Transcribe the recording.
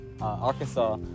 Arkansas